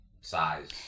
size